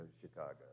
Chicago